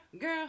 Girl